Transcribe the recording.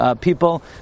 people